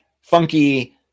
funky